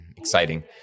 Exciting